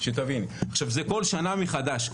עכשיו, שתביני, זה כל שנה מחדש.